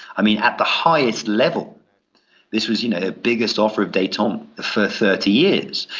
i mean, at the highest level this was, you know, the biggest offer of detente for thirty years.